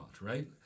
right